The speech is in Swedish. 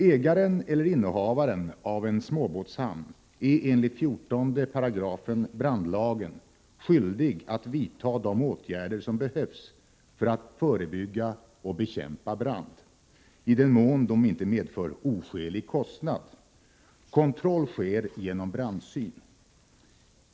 Ägaren eller innehavaren av en småbåtshamn är enligt 148 brandlagen skyldig att vidta de åtgärder som behövs för att förebygga och bekämpa brand, i den mån de inte medför oskälig kostnad. Kontroll sker genom brandsyn.